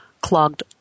clogged